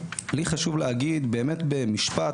ולי חשוב להגיד, באמת במשפט,